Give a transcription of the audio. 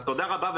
אז תודה רבה,